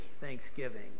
Thanksgiving